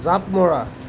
জাঁপ মৰা